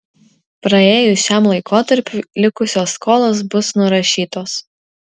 praėjus šiam laikotarpiui likusios skolos bus nurašytos